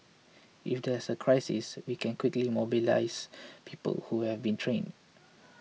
if there's a crisis we can quickly mobilise people who have been trained